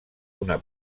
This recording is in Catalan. una